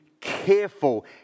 careful